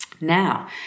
Now